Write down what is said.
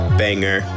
banger